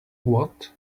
what